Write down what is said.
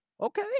Okay